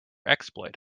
exploit